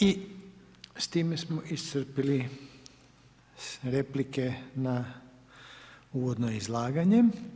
I s time iscrpili replike na uvodno izlaganje.